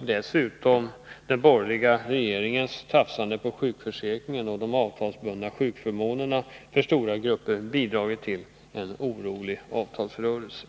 Dessutom har den borgerliga regeringens tafsande på sjukförsäkringen och de avtalsbundna sjukförmånerna för stora grupper bidragit till en orolig avtalsrörelse.